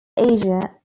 asia